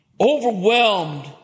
Overwhelmed